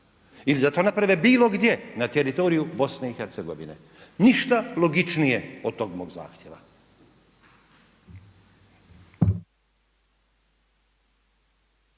ili da to naprave bilo gdje na teritoriju Bosne i Hercegovine, ništa logičnije od tog mog zahtjeva.